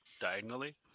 diagonally